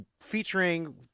featuring